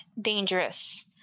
dangerous